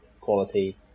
quality